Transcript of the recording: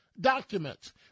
documents